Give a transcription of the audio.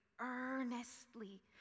earnestly